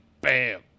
bam